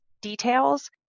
details